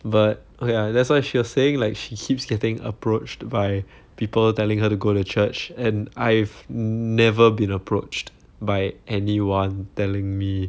but ya that's why she was saying like she keeps getting approached by people telling her to go to church and I've never been approached by any one telling me